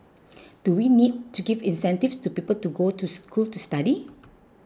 do we need to give incentives to people to go to school to study